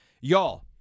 Y'all